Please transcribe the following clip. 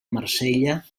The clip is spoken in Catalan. marsella